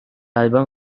album